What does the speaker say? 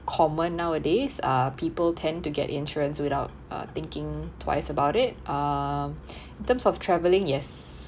common nowadays uh people tend to get insurance without uh thinking twice about it um in terms of traveling yes